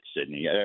Sydney